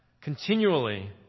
continually